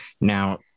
now